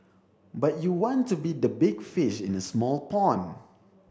but you want to be the big fish in a small pond